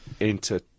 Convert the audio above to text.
enter